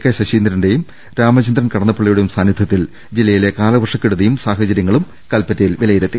K ശശീന്ദ്രന്റെയും രാമചന്ദ്രൻ കടന്നപ്പള്ളിയുടെയും സാന്നിധ്യ ത്തിൽ ജില്ലയിലെ കാലവർഷ കെടുതിയും സാഹചര്യവും കൽപ്പറ്റയിൽ വിലയിരുത്തി